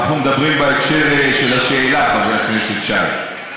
אנחנו מדברים בהקשר של השאלה, חבר הכנסת שי.